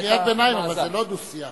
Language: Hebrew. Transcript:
קריאת ביניים היא לא דו-שיח,